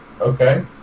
Okay